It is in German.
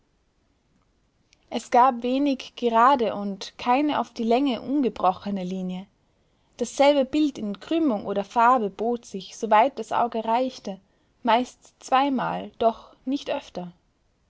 es gab wenig gerade und keine auf die länge ungebrochene linie dasselbe bild in krümmung oder farbe bot sich soweit das auge reichte meist zweimal doch nicht öfter